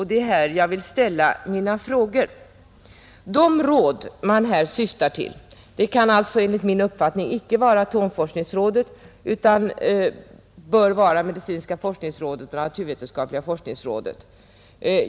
De råd som utskottsmajoriteten syftar på kan enligt min mening inte vara atomforskningsrådet utan bör vara medicinska forskningsrådet och naturvetenskapliga forskningsrådet.